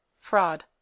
fraud